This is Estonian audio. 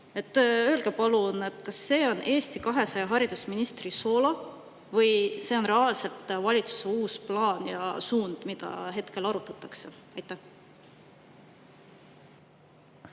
Öelge palun, kas see on Eesti 200 haridusministri soolo või see on reaalselt valitsuse uus plaan ja suund, mida hetkel arutatakse. Aitäh,